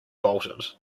bolted